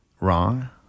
wrong